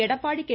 Edappadi K